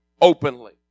openly